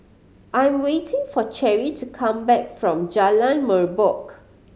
I'm waiting for Cherie to come back from Jalan Merbok